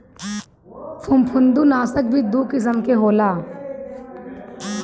फंफूदनाशक भी दू किसिम के होला